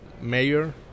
mayor